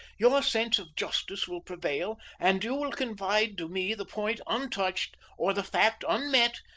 your sense of justice will prevail and you will confide to me the point untouched or the fact unmet,